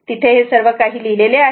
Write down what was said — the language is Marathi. तिथे हे सर्व काही लिहिलेले आहे